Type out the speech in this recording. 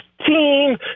team